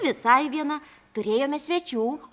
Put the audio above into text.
visai viena turėjome svečių